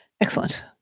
Excellent